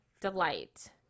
Delight